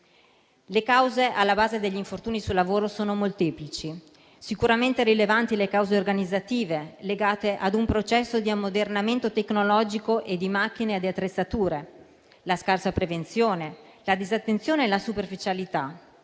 Le cause alla base degli infortuni sul lavoro sono molteplici. Sicuramente rilevanti sono le cause organizzative (legate a un processo di ammodernamento tecnologico, di macchine e di attrezzature), la scarsa prevenzione, la disattenzione e la superficialità